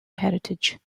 heritage